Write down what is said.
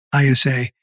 ISA